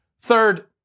Third